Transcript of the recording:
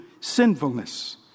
sinfulness